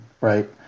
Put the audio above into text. right